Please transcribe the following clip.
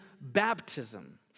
baptism